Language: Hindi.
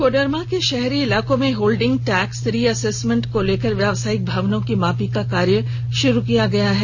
कोडरमा के शहरी इलाको में होल्डिंग टैक्स री असेसमेंट को लेकर व्यवसायिक भवनों की मापी का कार्य शुरू कर दी गई है